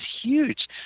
huge